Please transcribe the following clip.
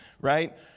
Right